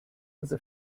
was